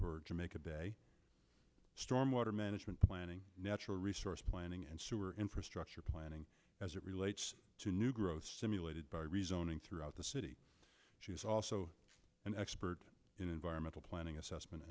for jamaica bay storm water management planning natural resource planning and sewer infrastructure planning as it relates to new growth stimulated by rezoning throughout the city she is also an expert in environmental planning assessment